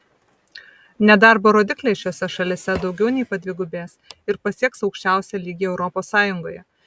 nedarbo rodikliai šiose šalyse daugiau nei padvigubės ir pasieks aukščiausią lygį europos sąjungoje